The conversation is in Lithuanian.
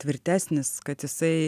tvirtesnis kad jisai